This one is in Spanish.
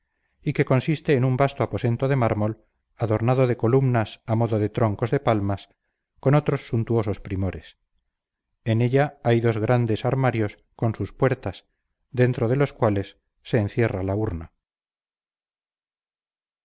y que consiste en un vasto aposento de mármol adornado de columnas a modo de troncos de palmas con otros suntuosos primores en ella hay dos grande armarios con sus puertas dentro de los cuales se encierra la urna